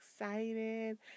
excited